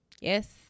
Yes